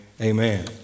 amen